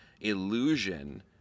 illusion